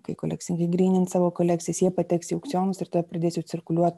kai kolekcininkai grynins savo kolekcijas jie pateks į aukcionus ir tuoj pridės jau cirkuliuot